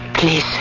Please